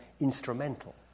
instrumental